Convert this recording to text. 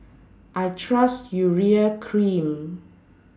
I Trust Urea Cream